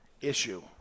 issue